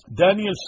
Daniel